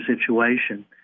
situation